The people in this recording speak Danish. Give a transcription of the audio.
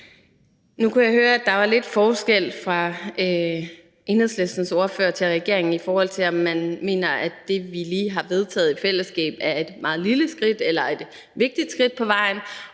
Nu kunne jeg høre, at der var lidt forskel fra Enhedslistens ordfører til regeringen, i forhold til om man mener, at det, vi lige har vedtaget i fællesskab, er et meget lille skridt eller et vigtigt skridt på vejen,